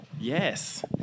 Yes